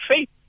faith